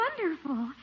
wonderful